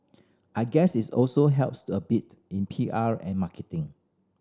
I guess it's also helps a bit in P R and marketing